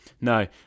no